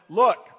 look